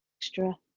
extra